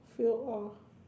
fail all